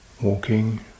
Walking